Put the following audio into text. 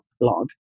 blog